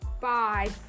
Bye